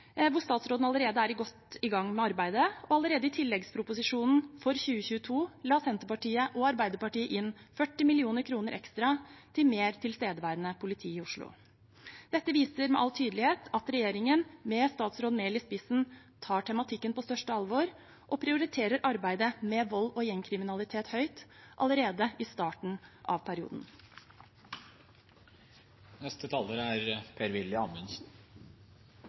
hvor statsråden allerede er godt i gang med arbeidet, og allerede i tilleggsproposisjonen for 2022 la Senterpartiet og Arbeiderpartiet inn 40 mill. kr ekstra til mer tilstedeværende politi i Oslo. Dette viser med all tydelighet at regjeringen med statsråd Mehl i spissen tar tematikken på største alvor og prioriterer arbeidet med vold og gjengkriminalitet høyt allerede i starten av